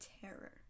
terror